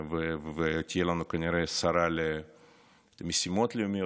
ותהיה לנו כנראה שרה למשימות לאומיות.